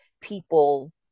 people